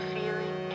feeling